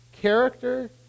character